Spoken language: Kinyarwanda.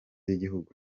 yigihugu